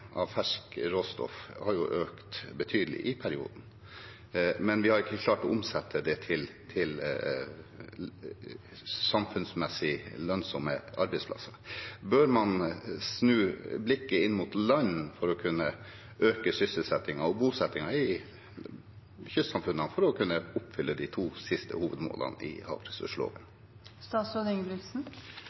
av ferskt råstoff har økt betydelig i perioden, men vi har ikke klart å omsette det til samfunnsmessig lønnsomhet, til arbeidsplasser. Bør man snu blikket inn mot land for å kunne øke sysselsettingen og bosettingen i kystsamfunnene, for å oppfylle de to siste hovedmålene i havressursloven?